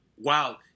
wow